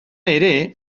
ere